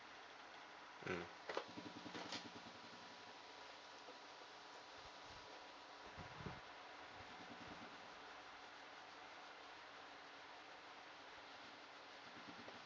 mm